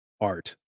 art